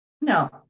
No